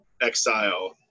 exile